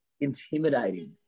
intimidating